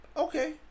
Okay